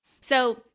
So-